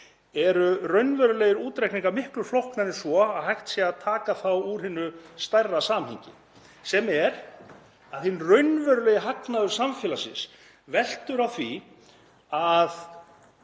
eru raunverulegir útreikningar miklu flóknari en svo að hægt sé að taka þá úr hinu stærra samhengi sem er að hinn raunverulegi hagnaður samfélagsins veltur á því að